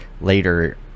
later